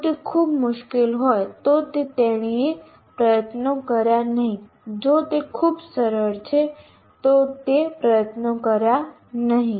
જો તે ખૂબ મુશ્કેલ હોય તો તેતેણીએ પ્રયત્નો કર્યા નહીં જો તે ખૂબ સરળ છે તો તેતેણીએ પ્રયત્નો કર્યા નહીં